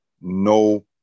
no